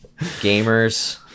Gamers